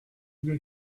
good